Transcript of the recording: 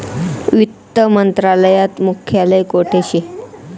वित्त मंत्रालयात मुख्यालय कोठे शे